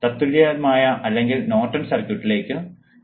തത്തുല്യമായ അല്ലെങ്കിൽ നോർട്ടൺ സർക്യൂട്ടിലേക്കു